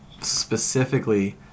specifically